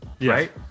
right